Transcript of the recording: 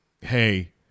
hey